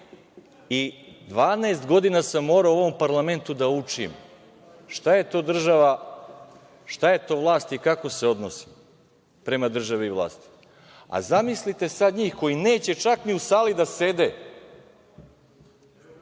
i 12 godina sam morao u ovom parlamentu da učim šta je to država, šta je to vlast i kako se odnosi prema državi i vlasti. A zamislite sad njih koji neće čak ni u sali da sede,